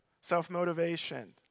Self-motivation